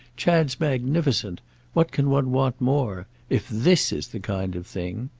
chad's magnificent what can one want more? if this is the kind of thing!